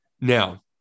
Now